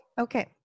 Okay